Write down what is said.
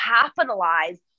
capitalize